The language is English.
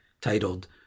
titled